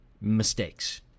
mistakes